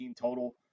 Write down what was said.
total